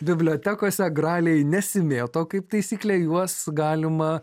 bibliotekose graliai nesimėto kaip taisyklė juos galima